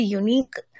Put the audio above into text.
unique